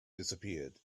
disappeared